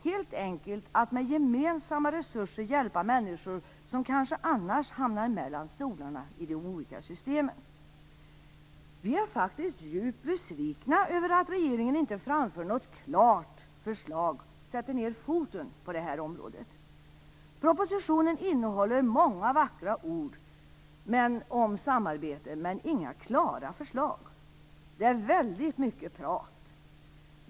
Det är att helt enkelt med gemensamma resurser hjälpa människor som kanske annars hamnar mellan stolarna i de olika systemen. Vi är faktiskt djupt besvikna över att regeringen inte framför något klart förslag - sätter ned foten - på detta område. Propositionen innehåller många vackra ord om samarbete, men inga klara förslag. Det är mycket prat.